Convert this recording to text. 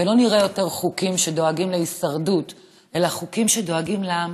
ולא נראה יותר חוקים שדואגים להישרדות,